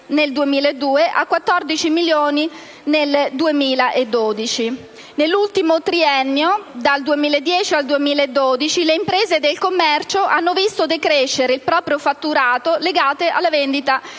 Nell'ultimo triennio, dal 2010 al 2012, le imprese del commercio hanno visto decrescere il proprio fatturato legato alla vendita